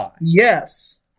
yes